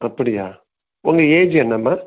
அப்படியா உங்கள் ஏஜ் என்னம்மா